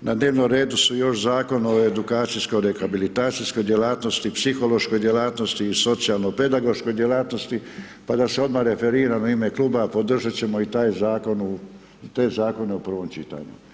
na dnevnom redu su još Zakon o edukacijsko-rehabilitacijskoj djelatnosti, psihološkoj djelatnosti i socijalno-pedagoškoj djelatnosti pa da se odmah referiram u ime kluba, podržat ćemo i te zakone u prvom čitanju.